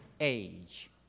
age